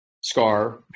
scar